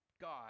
God